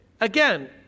again